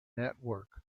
network